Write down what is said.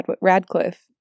Radcliffe